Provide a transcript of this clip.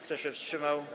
Kto się wstrzymał?